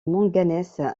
manganèse